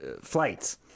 flights